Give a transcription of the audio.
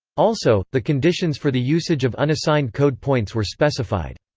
also, the conditions for the usage of unassigned code points were specified.